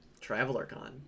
TravelerCon